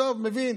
עזוב, מבין.